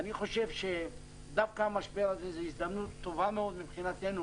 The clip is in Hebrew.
אני חושב שדווקא המשבר הזה הוא הזדמנות טובה מאוד מבחינתנו